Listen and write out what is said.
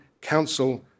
Council